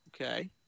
Okay